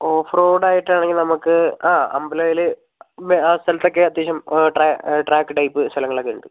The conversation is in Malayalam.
ഓഫ് റോഡ് ആയിട്ടാണെങ്കിൽ നമുക്ക് അമ്പലവയൽ ആ സ്ഥലത്തൊക്കെ അത്യാവശം ട്രാ ട്രാക്ക് ടൈപ്പ് സ്ഥലങ്ങളൊക്കെയുണ്ട്